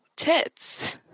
tits